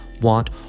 want